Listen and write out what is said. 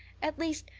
at least,